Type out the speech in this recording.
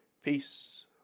Peace